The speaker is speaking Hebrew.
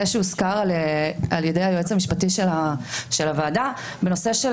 שהוזכר על ידי היועץ המשפטי של הוועדה בנושא של